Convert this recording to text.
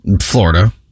Florida